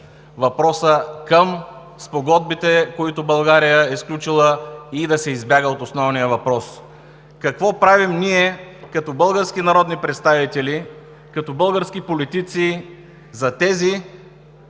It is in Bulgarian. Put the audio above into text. въпроса към спогодбите, които България е сключила, и да се избяга от основния въпрос. Какво правим ние като български народни представители, като български политици за тези,